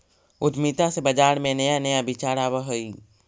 उद्यमिता से बाजार में नया नया विचार आवऽ हइ